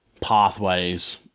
pathways